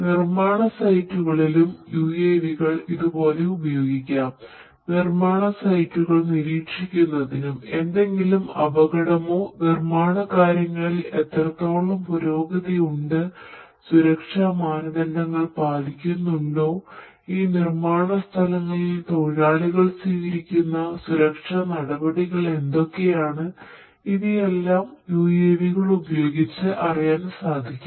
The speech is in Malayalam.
നിർമ്മാണ സൈറ്റുകളിലും UAV കൾ ഇതുപോലെ ഉപയോഗിക്കാം നിർമ്മാണ സൈറ്റുകൾ നിരീക്ഷിക്കുന്നതിനും എന്തെങ്കിലും അപകടമുണ്ടോ നിർമ്മാണ കാര്യങ്ങളിൽ എത്രത്തോളം പുരോഗതിയുണ്ട്സുരക്ഷാ മാനദണ്ഡങ്ങൾ പാലിക്കുന്നുണ്ടോ ഈ നിർമ്മാണ സ്ഥലങ്ങളിൽ തൊഴിലാളികൾ സ്വീകരിക്കുന്ന സുരക്ഷാ നടപടികൾ എന്തൊക്കെയാണ് ഇവയെല്ലാം UAV കൾ ഉപയോഗിച്ച് അറിയാൻ സാധിക്കും